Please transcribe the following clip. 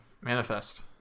Manifest